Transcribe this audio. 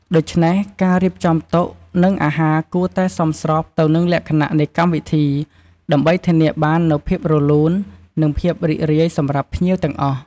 ដូច្នេះ ការរៀបចំតុ និងអាហារគួរតែ សមស្របទៅនឹងលក្ខណៈនៃកម្មវិធី ដើម្បីធានាបាននូវភាពរលូន និងភាពរីករាយសម្រាប់ភ្ញៀវទាំងអស់។